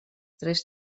tres